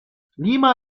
lima